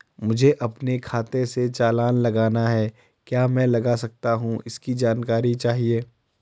मुझे अपने खाते से चालान लगाना है क्या मैं लगा सकता हूँ इसकी जानकारी चाहिए?